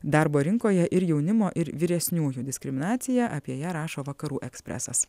darbo rinkoje ir jaunimo ir vyresniųjų diskriminacija apie ją rašo vakarų ekspresas